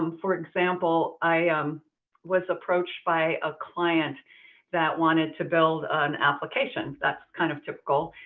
um for example, i um was approached by a client that wanted to build an application. that's kind of typical.